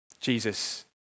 Jesus